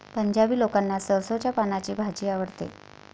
पंजाबी लोकांना सरसोंच्या पानांची भाजी आवडते